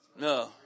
No